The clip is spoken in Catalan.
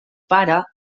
pare